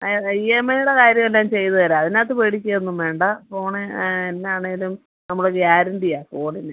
ആ E M ഐയ്യുടെ കാര്യം എല്ലാം ചെയ്ത് തരാം അതിനകത്ത് പേടിക്കുകയൊന്നും വേണ്ട ഫോണ് എന്നാണേലും നമ്മൾ ഗ്യാരണ്ടിയാ ഫോണിന്